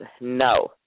No